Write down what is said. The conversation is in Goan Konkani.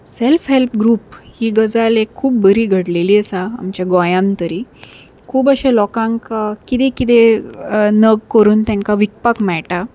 सॅल्फ हॅल्प ग्रूप ही गजाल एक खूब बरी घडलेली आसा आमच्या गोंयांत तरी खूब अशें लोकांक कितें कितें नग करून तेंकां विकपाक मेळटा